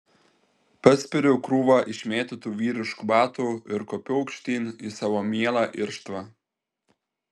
paspiriu krūvą išmėtytų vyriškų batų ir kopiu aukštyn į savo mielą irštvą